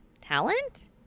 talent